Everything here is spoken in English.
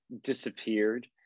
disappeared